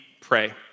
pray